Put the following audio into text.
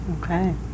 Okay